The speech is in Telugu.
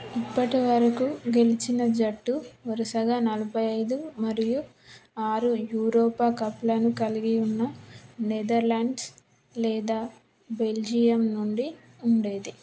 ఇప్పటి వరకు గెలిచిన జట్టు వరుసగా నలభై ఐదు మరియు ఆరు యూరోపా కప్లను కలిగి ఉన్న నెదర్లాండ్స్ లేదా బెల్జియం నుండి ఉండేది